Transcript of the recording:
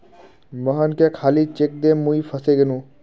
मोहनके खाली चेक दे मुई फसे गेनू